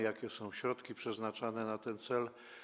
Jakie są środki przeznaczane na ten cel?